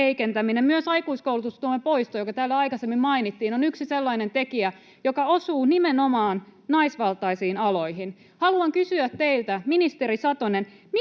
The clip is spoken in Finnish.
Myös aikuiskoulutustuen poisto, joka täällä aikaisemmin mainittiin, on yksi sellainen tekijä, joka osuu nimenomaan naisvaltaisiin aloihin. Haluan kysyä teiltä, ministeri Satonen: